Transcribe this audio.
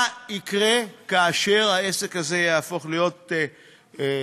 מה יקרה כאשר העסק הזה יהפוך להיות חוקי.